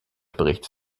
berichts